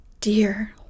dear